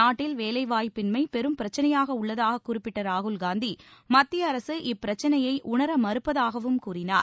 நாட்டில் வேலை வாய்ப்பின்மை பெரும் பிரச்னையாக உள்ளதாகக் குறிப்பிட்ட ராகுல்காந்தி மத்திய அரசு இப்பிரச்னையை உணர மறுப்பதாகவும் கூறினார்